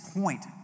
point